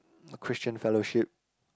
Christian fellowship